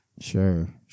Sure